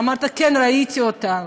ואמרת: כן, ראיתי אותם.